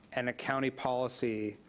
and a county policy,